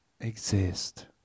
exist